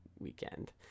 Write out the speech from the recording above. weekend